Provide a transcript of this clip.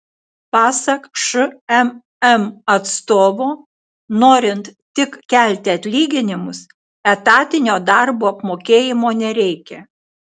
pasak šmm atstovo norint tik kelti atlyginimus etatinio darbo apmokėjimo nereikia